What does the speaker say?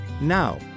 Now